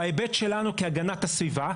בהיבט שלנו כהגנת הסביבה,